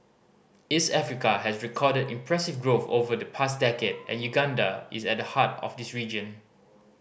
East Africa has recorded impressive growth over the past decade and Uganda is at the heart of this region